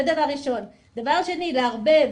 דבר שני, לערבב